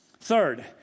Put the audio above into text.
Third